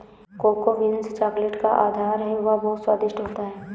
cocoa beans chocolate का आधार है वह बहुत स्वादिष्ट होता है